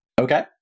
okay